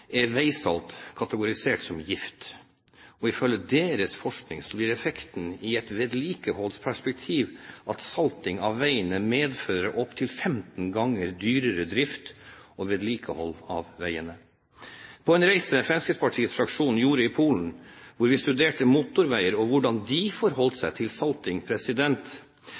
er veisalt kategorisert som gift, og ifølge deres forskning blir effekten i et vedlikeholdsperspektiv at salting av veiene medfører opp til 15 ganger dyrere drift og vedlikehold av veiene. På en reise Fremskrittspartiets fraksjon gjorde i Polen, hvor vi studerte motorveier og hvordan de forholdt seg til salting,